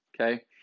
okay